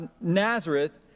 Nazareth